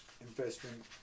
investment